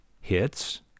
hits